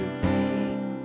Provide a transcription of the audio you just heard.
sing